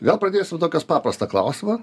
gal pradėsiu nuo tokios paprastą klausimą